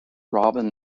robin